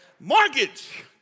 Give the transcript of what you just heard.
Mortgage